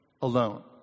alone